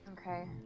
Okay